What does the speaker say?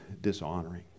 dishonoring